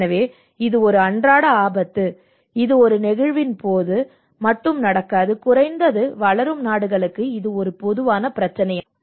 எனவே இது ஒரு அன்றாட ஆபத்து இது ஒரு நிகழ்வின் போது மட்டும் நடக்காது குறைந்தது வளரும் நாடுகளுக்கு இது ஒரு பொதுவான பிரச்சினையாகும்